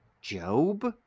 Job